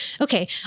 okay